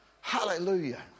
Hallelujah